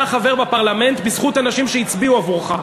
אתה חבר בפרלמנט בזכות אנשים שהצביעו עבורך.